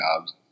jobs